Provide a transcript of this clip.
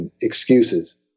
excuses